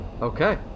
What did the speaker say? Okay